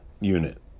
unit